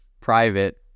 private